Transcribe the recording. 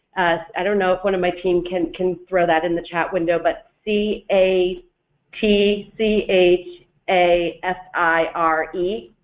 i don't know if one of my team can can throw that in the chat window but c a t c h a f i r e,